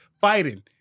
fighting